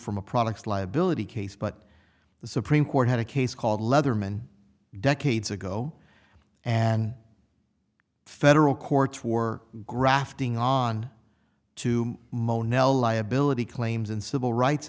from a products liability case but the supreme court had a case called leatherman decades ago and federal courts for grafting on to mono liability claims and civil rights